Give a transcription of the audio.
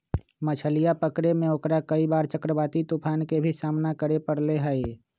मछलीया पकड़े में ओकरा कई बार चक्रवाती तूफान के भी सामना करे पड़ले है